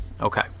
Okay